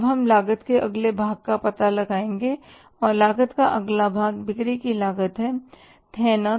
अब हम लागत के अगले भाग का पता लगाएंगे और लागत का अगला हिस्सा बिक्री की लागत का है है ना